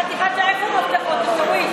חתיכת, תביא אותם.